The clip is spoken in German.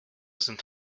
sind